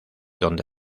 donde